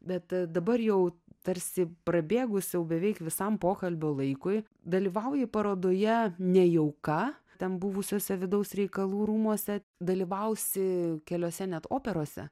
bet dabar jau tarsi prabėgus jau beveik visam pokalbio laikui dalyvauji parodoje ne jau ką ten buvusiuose vidaus reikalų rūmuose dalyvausi keliose net operose